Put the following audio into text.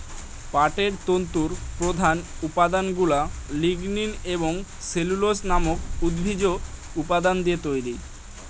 পাটের তন্তুর প্রধান উপাদানগুলা লিগনিন এবং সেলুলোজ নামক উদ্ভিজ্জ উপাদান দিয়ে তৈরি